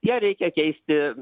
ją reikia keisti